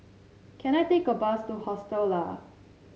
can I take a bus to Hostel Lah